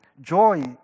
joy